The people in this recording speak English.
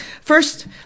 First